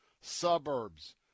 Suburbs